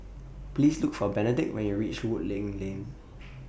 Please Look For Benedict when YOU REACH Woodleigh Lane